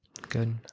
Good